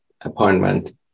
appointment